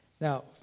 Now